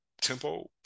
tempo